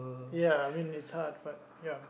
ya I mean it's hard but ya